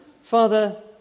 Father